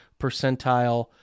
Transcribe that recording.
percentile